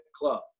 club